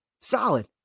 solid